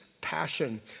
passion